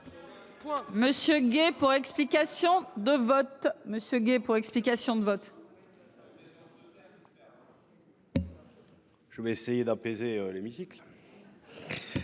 Fabien Gay, pour explication de vote. Je vais essayer d'apaiser l'hémicycle.